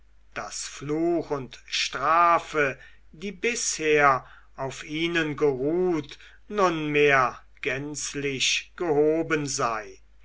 daß fluch und strafe die bisher auf ihnen geruht nunmehr gänzlich gehoben sei